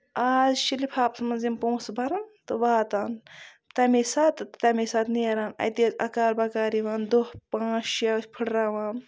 آز چھِ لِفافَس منٛز یِم پوٛنسہٕ بَران تہٕ واتان تَمی ساتہٕ تَمی ساتہٕ نیرن اَتی ٲسۍ اَکار بَکار یِوان دۄہ پانٛژھ شیٚے ٲسۍ پھٹراوان